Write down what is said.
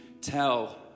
tell